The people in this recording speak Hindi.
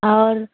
और